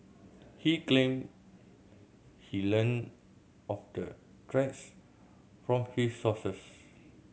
he claimed he learnt of the threats from his sources